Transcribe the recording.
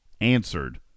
answered